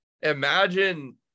imagine